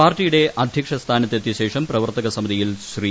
പാർട്ടിയുടെ അധ്യക്ഷ സ്ഥാനത്തെത്തിയശേഷം പ്രവർത്തക സമിതിയിൽ ശ്രീ